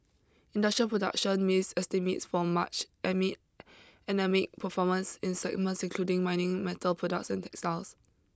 industrial production missed estimates for March amid anaemic performance in segments including mining metal products and textiles